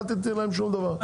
אל תיתני להם שום דבר,